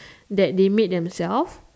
that they made themselves